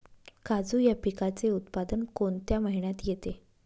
काजू या पिकाचे उत्पादन कोणत्या महिन्यात येते?